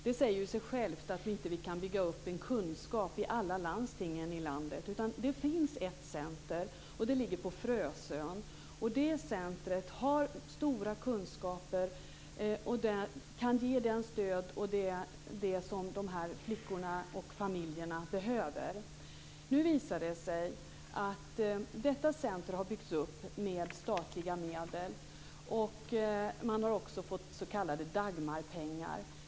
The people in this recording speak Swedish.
Det säger sig självt att vi inte kan bygga upp en kunskap i alla landsting i landet, utan det finns ett center. Det ligger på Frösön. Det centret har stora kunskaper och kan ge det stöd som de här flickorna och familjerna behöver. Detta center har byggts upp med statliga medel. Man har också fått s.k. Dagmarpengar.